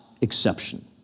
exception